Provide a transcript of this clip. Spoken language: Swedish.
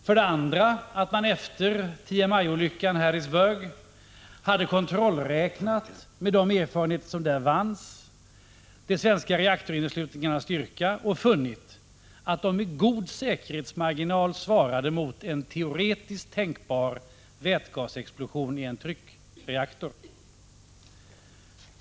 För det andra visade det sig att man efter TMI-olyckan i Harrisburg och de erfarenheter som där vanns hade kontrollräknat de svenska reaktorinneslutningarnas styrka och funnit att de med god säkerhetsmarginal svarade mot en teoretiskt tänkbar vätgasexplosion i en tryckreaktor.